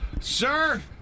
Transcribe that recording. Sir